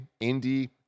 indie